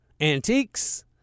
antiques